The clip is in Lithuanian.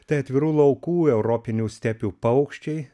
tai atvirų laukų europinių stepių paukščiai